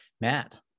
Matt